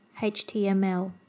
html